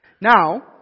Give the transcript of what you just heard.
Now